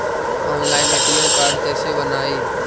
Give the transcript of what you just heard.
Online ATM card कैसे बनाई?